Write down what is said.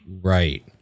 Right